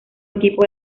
equipo